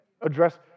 address